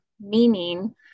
meaning